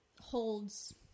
holds